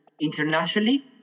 internationally